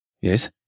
Yes